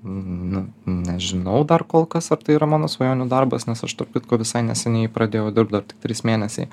nu nežinau dar kolkas ar tai yra mano svajonių darbas nes aš tarp kitko visai neseniai pradėjau dirbt dar tik trys mėnesiai